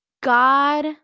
God